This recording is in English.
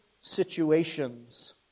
situations